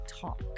talk